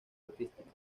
artística